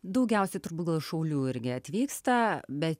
daugiausiai turbūt gal šaulių irgi atvyksta bet